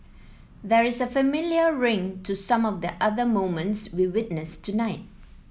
there is a familiar ring to some of the other moments we witnessed tonight